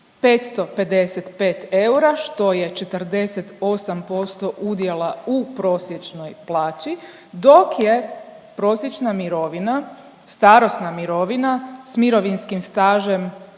555 eura, što je 48% udjela u prosječnoj plaći, dok je prosječna mirovina, starosna mirovina s mirovinskim stažem